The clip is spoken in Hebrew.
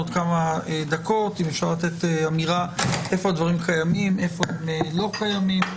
אם אפשר לתת אמירה ולומר היכן הדברים קיימים והיכן לא קיימים.